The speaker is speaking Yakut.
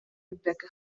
билбэккэ